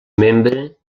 membre